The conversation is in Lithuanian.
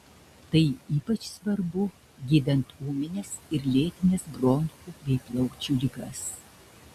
tai ypač svarbu gydant ūmines ir lėtines bronchų bei plaučių ligas